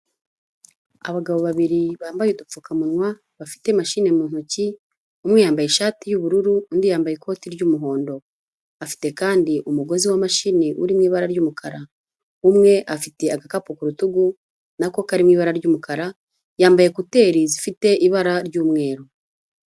Abagabo babiri bambaye udupfukamunwa bafite machine mu ntoki, umwe yambaye ishati y'ubururu undi yambaye ikoti ry'umuhondo. Afite kandi umugozi wa mashini uri mu ibara ry'umukara. Umwe afite agakapu ku rutugu na ko karimo ibara ry'umukara, yambaye kuteri zifite ibara ry'umweru.